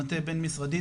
מטה בין משרדי,